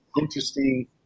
interesting